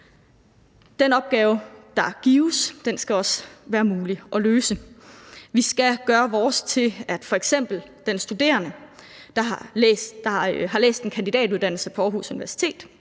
Den opgave, der gives, skal være mulig at løse. Vi skal gøre vores til, at f.eks. den studerende, der har taget en kandidatuddannelse på Aarhus Universitet,